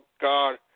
God